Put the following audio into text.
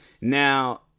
now